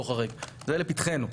לא חריג - זה לפתחנו.